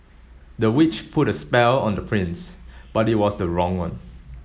the witch put a spell on the prince but it was the wrong one